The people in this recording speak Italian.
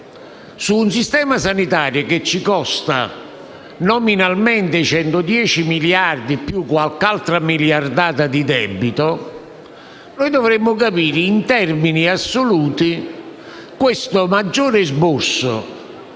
Su un sistema sanitario che ci costa, nominalmente, 110 miliardi più qualche altra miliardata di debito, noi dovremmo capire, in termini assoluti, questo maggior esborso